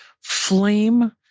flame